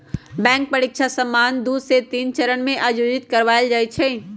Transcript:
bank परीकछा सामान्य दू से तीन चरण में आयोजित करबायल जाइ छइ